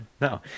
No